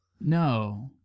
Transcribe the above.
No